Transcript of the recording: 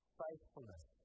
faithfulness